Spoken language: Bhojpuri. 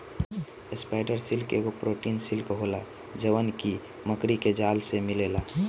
स्पाइडर सिल्क एगो प्रोटीन सिल्क होला जवन की मकड़ी के जाल से मिलेला